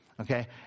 okay